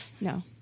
No